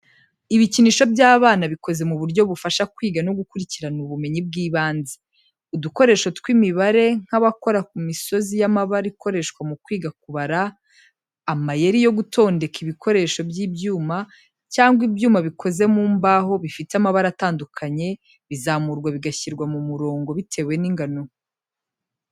Ibikinisho by’abana bikoze mu buryo bufasha kwiga no gukurikirana ubumenyi bw’ibanze. Udukoresho tw’imibare nk'abakora ku misozi y’amabara ikoreshwa mu kwiga kubara. Amayeri yo gutondeka, ibikoresho by’ibyuma cyangwa ibyuma bikoze mu mbaho bifite amabara atandukanye, bizamurwa bigashyirwa mu murongo bitewe n’ingano.